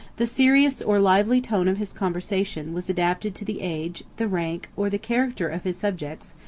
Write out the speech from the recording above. the serious or lively tone of his conversation was adapted to the age, the rank, or the character of his subjects,